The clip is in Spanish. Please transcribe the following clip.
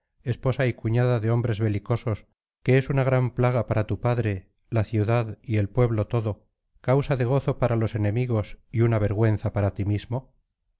esposa y cuñada de hombres belicosos que es una gran plaga para tu padre la ciudad y el pueblo todo causa de gozo para los enemigos y una vergüenza para ti mismo